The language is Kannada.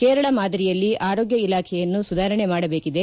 ಕೇರಳ ಮಾದರಿಯಲ್ಲಿ ಆರೋಗ್ಯ ಇಲಾಖೆಯನ್ನ ಸುಧಾರಣೆ ಮಾಡಬೇಕಿದೆ